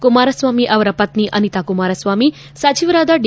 ಕುಮಾರಸ್ವಾಮಿ ಅವರ ಪತ್ನಿ ಅನಿತಾ ಕುಮಾರಸ್ವಾಮಿ ಸಚಿವರಾದ ಡಿ